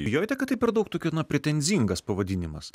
bijojote kad tai per daug toks gana pretenzingas pavadinimas